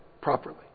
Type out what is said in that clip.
properly